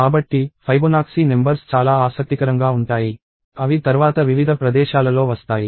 కాబట్టి Fibonacci numbers చాలా ఆసక్తికరంగా ఉంటాయి అవి తర్వాత వివిధ ప్రదేశాలలో వస్తాయి